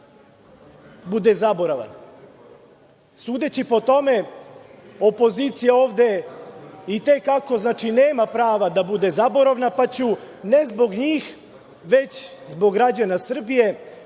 bude zaboravan. Sudeći po tome opozicija ovde i te kako nema prava da bude zaboravna, pa ću ne zbog njih, već zbog građana Srbije